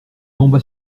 tomba